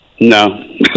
No